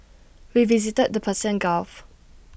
we visited the Persian gulf